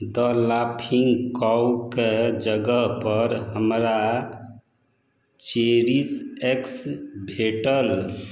द laughing काउके जगह पर हमरा चेरिश एक्स भेटल